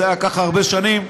זה היה ככה הרבה שנים,